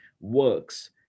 works